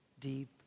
deep